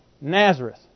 Nazareth